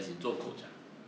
as in 做 coach ah